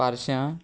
पारश्यां